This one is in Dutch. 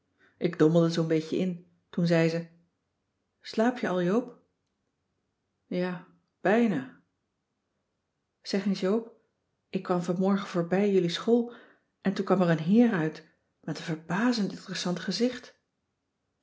ik dommelde zoo'n beetje in toen zei ze slaap je al joop ja bijna zeg eens joop ik kwam vanmorgen voorbij jullie school en toen kwam er een heer uit met een verbazend interessant gezicht